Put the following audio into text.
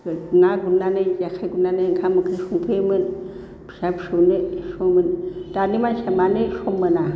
ना गुरनानै जेखाइ गुरनानै ओंखाम ओंख्रि संफैयोमोन फिसा फिसौनो सङो दानि मानसिया मानो सम मोना